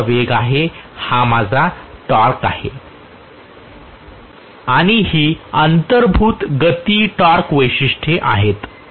हा माझा वेग आहे हा माझा टॉर्क आहे आणि ही अंतर्भूत गती टॉर्क वैशिष्ट्य आहे